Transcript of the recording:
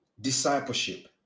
discipleship